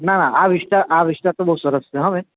ના આ વિસ્તાર આ વિસ્તાર તો બહું સરસ છે હં બહેન